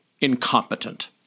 incompetent